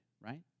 right